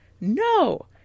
No